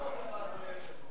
חברי חברי הכנסת,